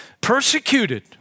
persecuted